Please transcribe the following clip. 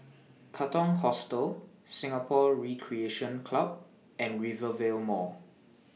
Katong Hostel Singapore Recreation Club and Rivervale Mall